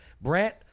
Brant